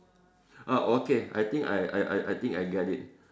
ah okay I think I I I I think I get it